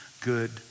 good